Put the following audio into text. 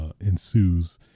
ensues